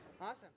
Awesome